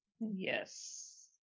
Yes